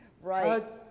Right